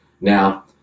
Now